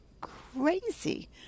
crazy